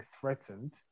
threatened